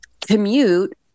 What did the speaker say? commute